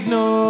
no